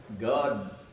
God